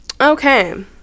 okay